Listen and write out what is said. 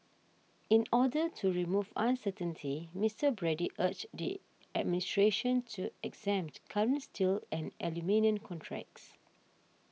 in order to remove uncertainty Mister Brady urged the administration to exempt current steel and aluminium contracts